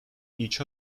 each